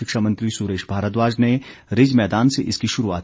शिक्षा मंत्री सुरेश भारद्वाज ने रिज मैदान से इसकी शुरूआत की